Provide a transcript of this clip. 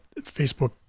Facebook